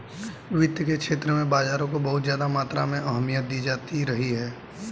वित्त के क्षेत्र में बाजारों को बहुत ज्यादा मात्रा में अहमियत दी जाती रही है